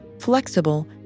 flexible